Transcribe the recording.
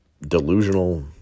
delusional